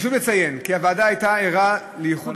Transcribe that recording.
חשוב לציין כי הוועדה הייתה ערה לייחוד